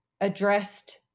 addressed